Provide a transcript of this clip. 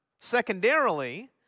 secondarily